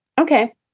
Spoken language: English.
okay